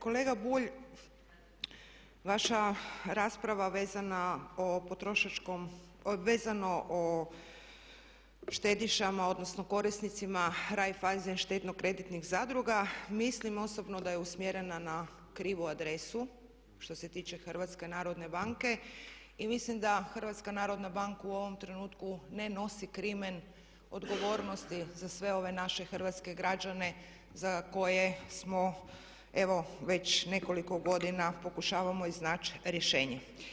Kolega Bulj, vaša rasprava vezana o potrošačkom, vezano o štedišama, odnosno korisnicima Raiffeisen štedno-kreditnih zadruga mislim osobno da je usmjerena na krivu adresu što se tiče HNB-a u ovom trenutku ne nosi crimen odgovornosti za sve ove naše hrvatske građane za koje smo evo već nekoliko godina pokušavamo iznaći rješenje.